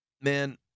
Man